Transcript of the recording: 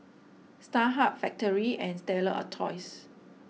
Starhub Factorie and Stella Artois